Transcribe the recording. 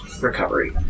recovery